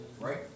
Right